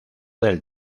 del